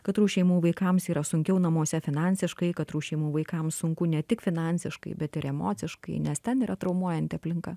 katrų šeimų vaikams yra sunkiau namuose finansiškai katrų šeimų vaikams sunku ne tik finansiškai bet ir emociškai nes ten yra traumuojanti aplinka